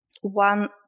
one